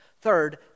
Third